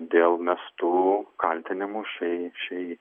dėl mestų kaltinimų šiai šiai